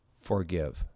forgive